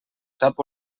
sap